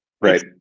Right